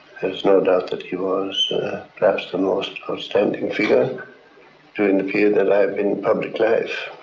there's no doubt that he was perhaps the most outstanding figure during the period that i have been in public life.